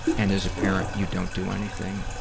and as a parent you don't do anything.